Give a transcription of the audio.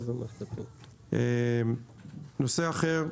נושא אחר.